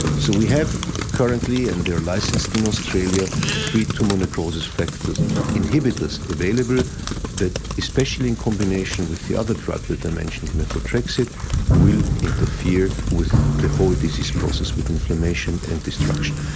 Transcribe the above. so we have currently and they are licensed in australia three tumour necrosis factors inhibitors available that especially in combination with the other drug that i mentioned methotrexate will interfere with the whole disease process with inflammation and destruction.